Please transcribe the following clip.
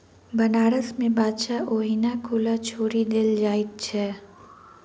बनारस मे बाछा ओहिना खुला छोड़ि देल जाइत छै